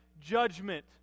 judgment